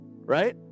Right